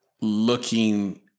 looking